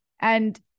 and-